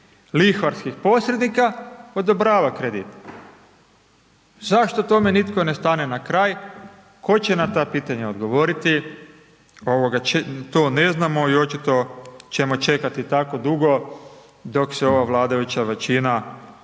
lihvarskih posrednika odobrava kredit. Zašto tome nitko ne stane na kraj? Tko će na ta pitanja odgovoriti, to ne znamo i očito ćemo čekati tako dugo, dok se ova vladajuća većina ne pokupi